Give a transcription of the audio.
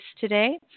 today